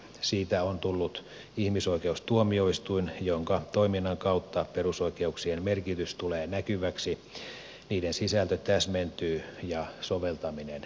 siitä on tullut ihmisoikeustuomioistuin jonka toiminnan kautta perusoikeuksien merkitys tulee näkyväksi niiden sisältö täsmentyy ja soveltaminen yhdenmukaistuu